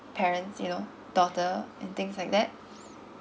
parents you know daughter and things like that